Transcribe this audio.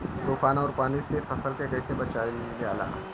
तुफान और पानी से फसल के कईसे बचावल जाला?